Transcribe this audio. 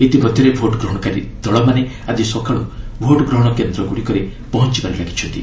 ଇତିମଧ୍ୟରେ ଭୋଟ୍ଗ୍ରହଣକାରୀ ଦଳମାନେ ଆକି ସକାଳୁ ଭୋଟ୍ଗ୍ରହଣ କେନ୍ଦ୍ରଗୁଡ଼ିକରେ ପହଞ୍ଚବାରେ ଲାଗିଛନ୍ତି